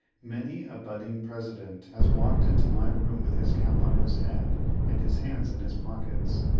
many a budding president has walked into my room with his cap on his head and his hands in his pockets,